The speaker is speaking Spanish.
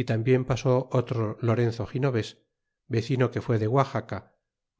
e tambien pasó otro lorenzo ginaves iv vecino que fue de guaxaca